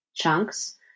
Chunks